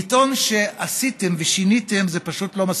לטעון שעשיתם ושיניתם זה פשוט לא מספיק.